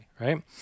right